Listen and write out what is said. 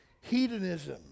Hedonism